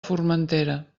formentera